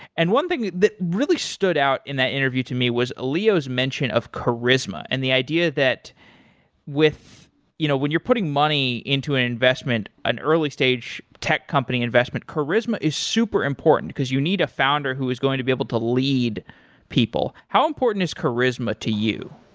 and one thing that really stood out in that interview to me was leo's leo's mention of charisma and the idea that you know when you're putting money into an investment, an early stage tech company investment, charisma is super important, because you need a founder who is going to be able to lead people. how important is charisma to you?